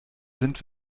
sind